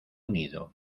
unido